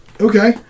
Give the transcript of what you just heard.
Okay